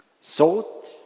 Salt